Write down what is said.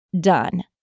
done